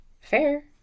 fair